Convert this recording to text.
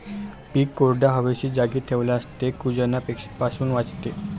पीक कोरड्या, हवेशीर जागी ठेवल्यास ते कुजण्यापासून वाचते